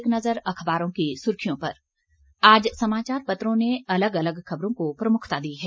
एक नज़र अखबारों की सुर्खियों पर आज समाचार पत्रों ने अलग अलग खबरों को प्रमुखता दी है